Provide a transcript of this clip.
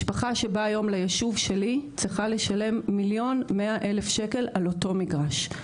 משפחה שבאה היום לישוב שלי צריכה לשלם 1.1 מיליון שקלים על אותו מגרש.